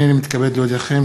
הנני מתכבד להודיעכם,